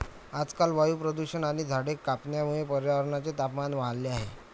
आजकाल वायू प्रदूषण आणि झाडे कापण्यामुळे पर्यावरणाचे तापमान वाढले आहे